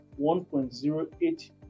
1.08